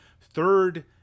third